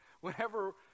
whenever